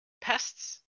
pests